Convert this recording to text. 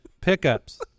pickups